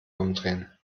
umdrehen